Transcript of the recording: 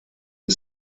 the